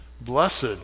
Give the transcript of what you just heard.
Blessed